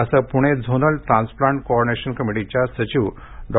असे Pune zonal transplant coordination कमिटीच्या सचिव डॉ